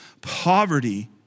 Poverty